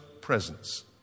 presence